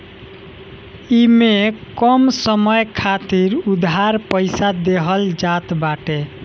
इमे कम समय खातिर उधार पईसा देहल जात बाटे